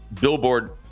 billboard